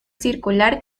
circular